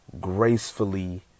Gracefully